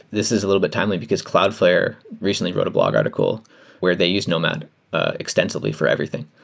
this is a little bit timely, because cloudflare recently wrote a blog article where they used nomad extens ively for everything.